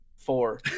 Four